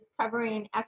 covering